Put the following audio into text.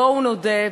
בואו נודה,